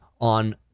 on